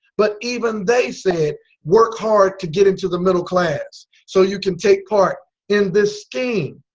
but even they said work hard to get into the middle class so you can take part in this scheme.